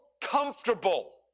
comfortable